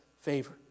favor